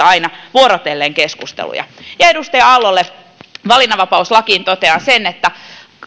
aina vuorotellen yksittäisetuuksista keskusteluja ja edustaja aallolle valinnanvapauslaista totean sen että